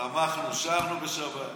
שמחנו, שרנו בשבת.